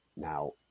Now